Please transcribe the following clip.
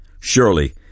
Surely